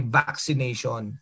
vaccination